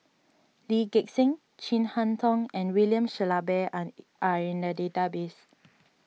Lee Gek Seng Chin Harn Tong and William Shellabear are are in the database